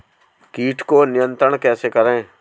कीट को नियंत्रण कैसे करें?